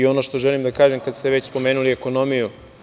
Ono što želim da kažem, kad ste već spomenuli ekonomiju.